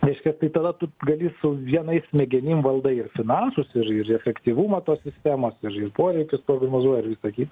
reiškia tai tada tu gali su vienais smegenim valdai ir finansus ir ir efektyvumą tos sistemos ir ir poreikius prognozuoji ir visa kita